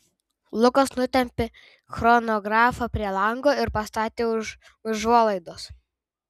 lukas nutempė chronografą prie lango ir pastatė už užuolaidos